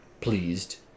pleased